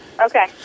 Okay